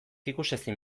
ikusezin